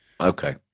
Okay